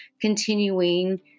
continuing